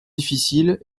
difficiles